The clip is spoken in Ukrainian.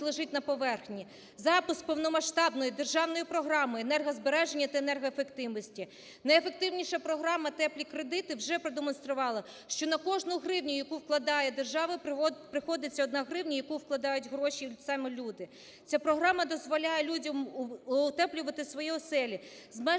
лежить на поверхні. Запуск повномасштабної державної програми енергозбереження та енергоефективності. Найефективніша програма "теплі кредити" вже продемонструвала, що на кожну гривню, яку вкладає держава приходиться 1 гривня, в яку вкладають гроші саме люди. Ця програма дозволяє людям утеплювати свої оселі, зменшити